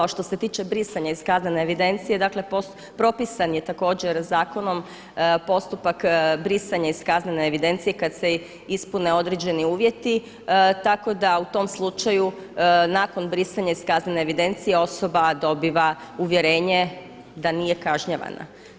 A što se tiče brisanja iz kaznene evidencije, dakle propisan je također zakonom postupak brisanja iz kaznene evidencije kad se ispune određeni uvjeti, tako da u tom slučaju nakon brisanja iz kaznene evidencije osoba dobiva uvjerenje da nije kažnjavana.